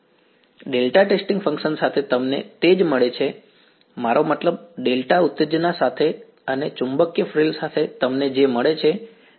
delta testing function સાથે તમને તે જ મળે છે મારો મતલબ ડેલ્ટા ઉત્તેજના સાથે અને ચુંબકીય ફ્રિલ સાથે તમને જે મળે છે તે છે